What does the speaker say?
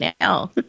now